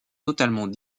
totalement